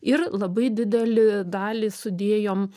ir labai didelį dalį sudėjom